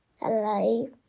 Hello